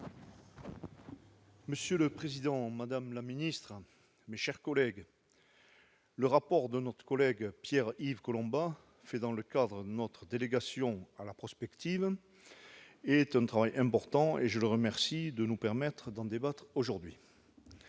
Monsieur le président, madame la secrétaire d'État, mes chers collègues, le rapport de Pierre-Yves Collombat fait dans le cadre de notre délégation à la prospective est un travail important. Je le remercie de nous permettre d'en débattre aujourd'hui.